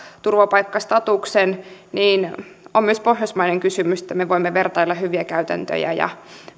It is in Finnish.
turvapaikkastatuksen on myös pohjoismainen kysymys että me voimme vertailla hyviä käytäntöjä ja